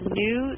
new